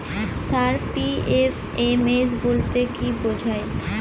Sir PFMS বলতে কি বোঝায়?